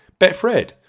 Betfred